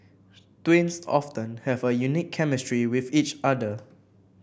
twins often have a unique chemistry with each other